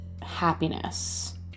happiness